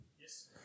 Yes